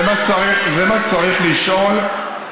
זה מה שצריך לשאול, אתה שר בכיר בממשלה.